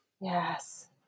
Yes